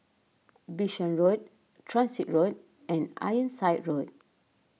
Bishan Road Transit Road and Ironside Road